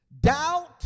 Doubt